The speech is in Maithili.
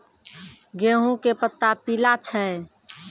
गेहूँ के पत्ता पीला छै?